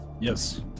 yes